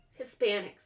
Hispanics